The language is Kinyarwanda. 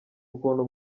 ukuntu